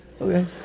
Okay